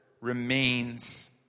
remains